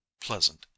PLEASANT